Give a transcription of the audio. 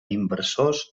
inversors